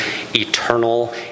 eternal